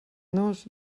nos